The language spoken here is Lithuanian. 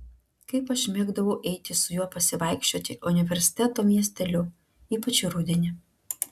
kaip aš mėgdavau eiti su juo pasivaikščioti universiteto miesteliu ypač rudenį